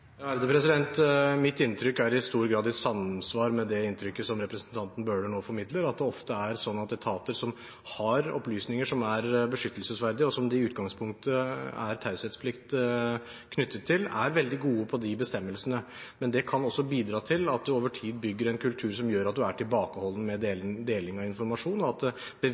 samsvar med det inntrykket som representanten Bøhler nå formidler, at det ofte er sånn at etater som har opplysninger som er beskyttelsesverdige, og som det i utgangspunktet er taushetsplikt knyttet til, er veldig gode på de bestemmelsene, men det kan også bidra til at de over tid bygger en kultur som gjør at man er tilbakeholden med deling av informasjon, og at